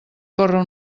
córrer